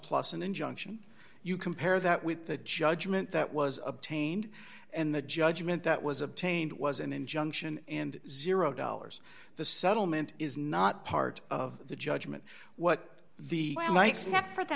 plus an injunction you compare that with the judgment that was obtained and the judgment that was obtained was an injunction and zero dollars the settlement is not part of the judgment what the